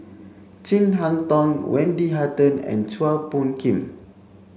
Chin Harn Tong Wendy Hutton and Chua Phung Kim